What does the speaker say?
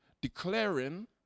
declaring